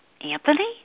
Anthony